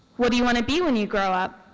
what do you want to be when you grow up?